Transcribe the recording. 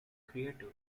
creative